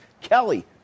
Kelly